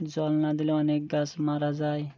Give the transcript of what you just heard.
জল না দিলে অনেক গাছ মারা যায়